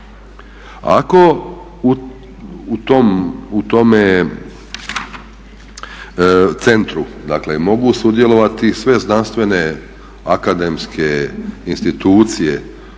Ako u tome centru dakle mogu sudjelovati sve znanstvene, akademske institucije.